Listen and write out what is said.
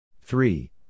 Three